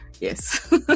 Yes